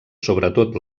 sobretot